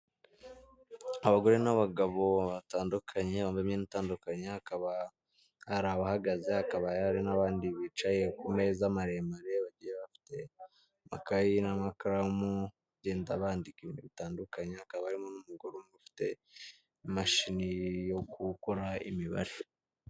Abagore n'abagabo batandukanye bambaye imyenda itandukanye, hakaba hari abahagaze, hakaba hari n'abandi bicaye ku meza maremare. Bagiye bafite amakayi n'amakaramu, bagenda bandika ibintu bitandukanye; hakaba harimo n'umugore ufite imashini yo gukora imibare.